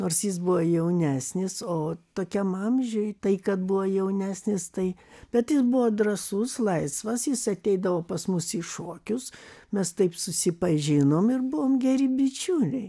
nors jis buvo jaunesnis o tokiam amžiuj tai kad buvo jaunesnis tai bet jis buvo drąsus laisvas jis ateidavo pas mus į šokius mes taip susipažinom ir buvom geri bičiuliai